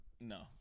No